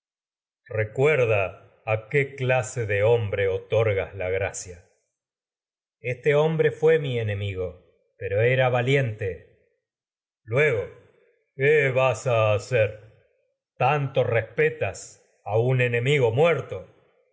recuerda gas a qué clase de hombre otor la gracia ulises este hombre fué mi liente enemigo pero era va agamemnón luego qué vas a hacer tanto res petas a un enemigo muerto